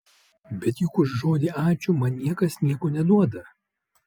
bet juk už žodį ačiū man niekas nieko neduoda